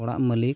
ᱚᱲᱟᱜ ᱢᱟᱹᱞᱤᱠ